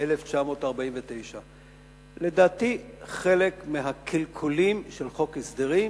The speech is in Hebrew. התש"ט 1949. לדעתי, חלק מהקלקולים של חוק הסדרים,